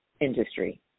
industry